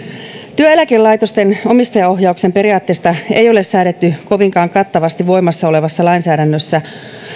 työeläkelaitosten omistajaohjauksen periaatteista ei ole säädetty kovinkaan kattavasti voimassa olevassa lainsäädännössä